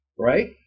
Right